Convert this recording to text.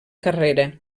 carrera